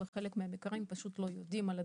שבחלק מהמקרים פשוט לא יודעים על הדברים.